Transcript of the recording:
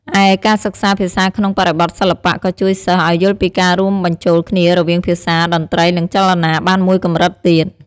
ឯ ការសិក្សាភាសាក្នុងបរិបទសិល្បៈក៏ជួយសិស្សឱ្យយល់ពីការរួមបញ្ចូលគ្នារវាងភាសា តន្ត្រី និងចលនាបានមួយកម្រិតទៀត។